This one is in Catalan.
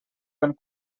ben